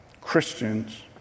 Christians